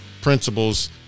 principles